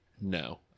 No